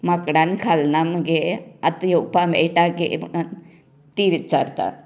माकडान खालना मगे आतां येवपा मेळटा गे म्हणून ती विचारतात